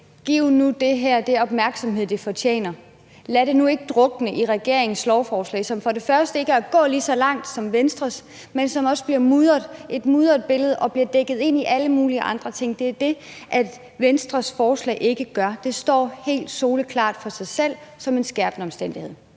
Giv nu det her den opmærksomhed, det fortjener. Lad det nu ikke drukne i regeringens lovforslag, som for det første ikke går lige så langt som Venstres, men som for det andet også giver et mudret billede og bliver dækket ind af alle mulige andre ting. Det er det, Venstres forslag ikke gør. Det står helt soleklart for sig selv som en skærpende omstændighed.